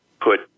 put